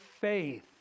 faith